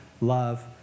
love